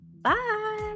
bye